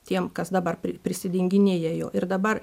tiem kas dabar prisidenginėja juo ir dabar